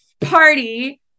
party